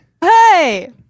Hey